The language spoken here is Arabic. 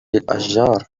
الأشجار